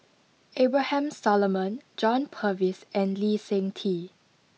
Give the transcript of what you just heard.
Abraham Solomon John Purvis and Lee Seng Tee